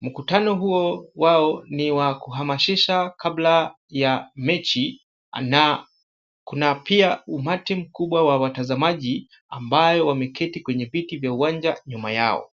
Mkutano huo wao ni wa kuhamasisha kabla ya mechi na kuna pia umati mkubwa wa watazamaji ambao wameketi kwenye viti vya uwanja nyuma yao.